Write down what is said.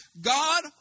God